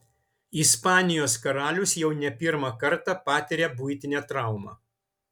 ispanijos karalius jau ne pirmą kartą patiria buitinę traumą